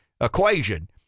equation